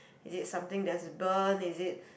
is it something that's burn is it